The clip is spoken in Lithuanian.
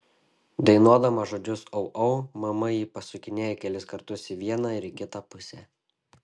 dainuodama žodžius au au mama jį pasukinėja kelis kartus į vieną ir į kitą pusę